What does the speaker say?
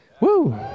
Woo